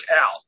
out